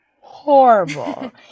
horrible